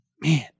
man